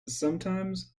sometimes